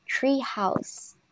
Treehouse